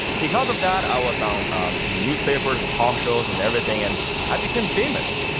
because of that i was ah and in newspapers, in talk shows, in everything. and i became famous.